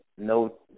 No